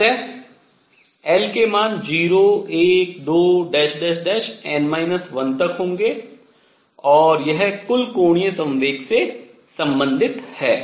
अतः l के मान 0 1 2 n 1 तक होंगे और यह कुल कोणीय संवेग से संबंधित है